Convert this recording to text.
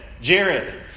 Jared